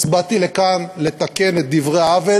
אז באתי לכאן לתקן את דברי העוול